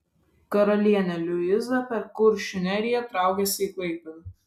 karalienė liuiza per kuršių neriją traukėsi į klaipėdą